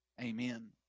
Amen